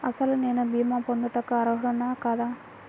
అసలు నేను భీమా పొందుటకు అర్హుడన కాదా?